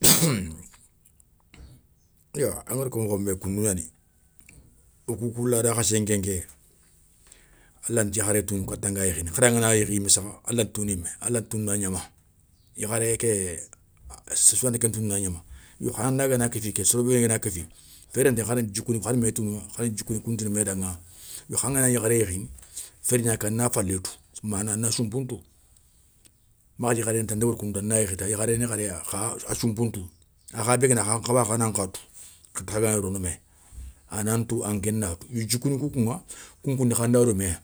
yo angada ko mokhinbé koundougnani, o koukou lada khassen nké nké, a lanta yakharé tounou kata nga yékhini, khara ngana yékhi yimé sakha a lanta tounou yimé. A lanta tounou na gnama, yakharé ké séré sou ranta ken tounou na gnama, yo kha, andagana kéfi ké soro béni gana kéfi, féréntéye khana mé touna, khana djikouni kou ntounou mé danga. Yo khangana yakharé yékhi, féré gna ké ana falé tou mana a soumpou ntou, makhati yakharen ta ndi wori koundou ta na yékhita, yakharéni yakharéya kha a soumpou ntou a kha bé guéni a khan nkhawa a nan kha ntou kha gana gni rono mé, a nantou an kha na tou, yo djikouni kounkou ŋa, kounkoun dé khanda ro méyani,